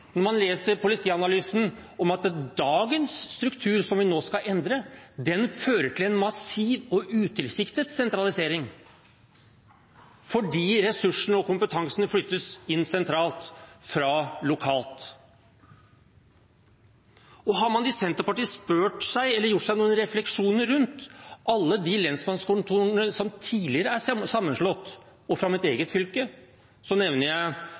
når man leser Politianalysen om at dagens struktur, som vi nå skal endre, fører til en massiv og utilsiktet sentralisering fordi ressursene og kompetansene flyttes inn sentralt fra lokalt? Har man i Senterpartiet spurt seg eller gjort seg noen refleksjoner rundt alle de lensmannskontorene som tidligere er sammenslått? Fra mitt eget fylke nevner jeg